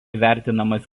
vertinamas